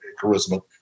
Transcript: charisma